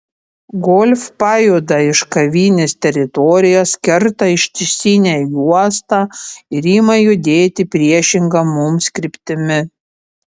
golf pajuda iš kavinės teritorijos kerta ištisinę juostą ir ima judėti priešinga mums kryptimi